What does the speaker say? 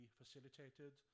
facilitated